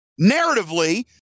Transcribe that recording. Narratively